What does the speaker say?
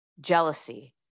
jealousy